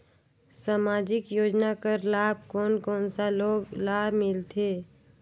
समाजिक योजना कर लाभ कोन कोन सा लोग ला मिलथे?